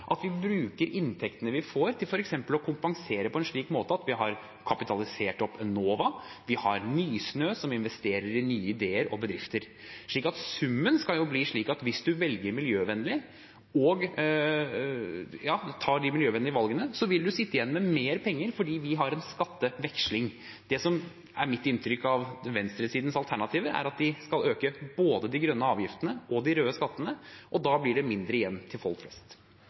at vi bruker inntektene vi får, til f.eks. å kompensere på en slik måte at vi har kapitalisert opp Enova, og vi har Nysnø, som investerer i nye ideer og bedrifter. Summen skal bli slik at hvis man velger miljøvennlig, tar de miljøvennlige valgene, vil man sitte igjen med mer penger fordi vi har en skatteveksling. Det som er mitt inntrykk av venstresidens alternativ, er at de skal øke både de grønne avgiftene og de røde skattene, og da blir det mindre igjen til folk flest.